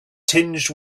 tinged